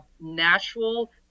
natural